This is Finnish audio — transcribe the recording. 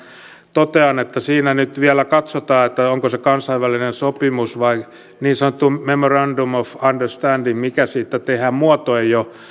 totean siinä nyt vielä katsotaan onko se kansainvälinen sopimus vai niin sanottu memorandum of understanding mikä siitä tehdään muoto ei ole